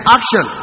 Action